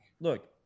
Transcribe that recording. Look